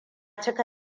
cika